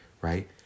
right